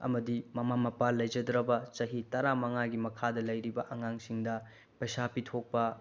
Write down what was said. ꯑꯃꯗꯤ ꯃꯃꯥ ꯃꯄꯥ ꯂꯩꯖꯗ꯭ꯔꯕ ꯆꯍꯤ ꯇꯔꯥꯃꯉꯥꯒꯤ ꯃꯈꯥꯗ ꯂꯩꯔꯤꯕ ꯑꯉꯥꯡꯁꯤꯡꯗ ꯄꯩꯁꯥ ꯄꯤꯊꯣꯛꯄ